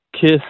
kiss